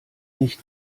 nicht